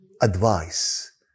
advice